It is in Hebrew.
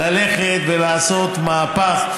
ללכת ולעשות מהפך,